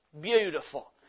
beautiful